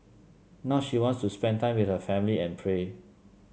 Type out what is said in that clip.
now she wants to spend time with her family and pray